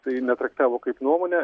tai netraktavo kaip nuomonę